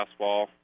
fastball